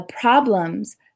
problems